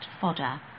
fodder